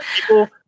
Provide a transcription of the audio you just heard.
people